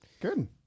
Good